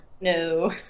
No